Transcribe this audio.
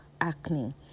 acne